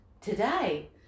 today